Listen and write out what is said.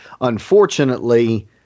Unfortunately